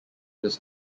this